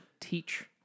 teach